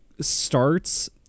starts